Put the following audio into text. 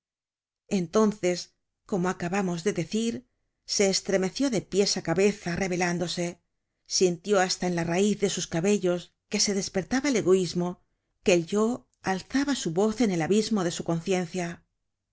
entonces como acabamos de decir se estremeció de pies á cabeza rebelándose sintió hasta en la raiz de sus cabellos que se despertaba el egoismo que el yo alzaba su voz en el abismo de su conciencia